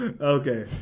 Okay